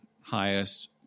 highest